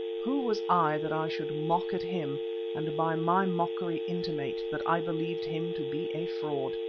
who was i that i should mock at him and by my mockery intimate that i believed him to be a fraud?